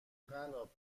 قنداب